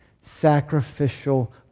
Sacrificial